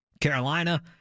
Carolina